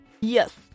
Yes